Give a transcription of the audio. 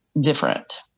different